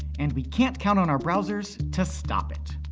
and we can't count on our browsers to stop it.